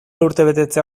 urtebetetzea